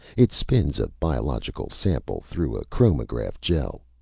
it spins a biological sample through a chromatograph gele.